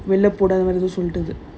அது ஒரு மாதிரி:adhu oru maadhiri